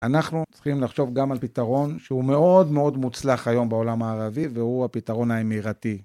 אנחנו צריכים לחשוב גם על פתרון שהוא מאוד מאוד מוצלח היום בעולם הערבי והוא הפתרון האמירתי.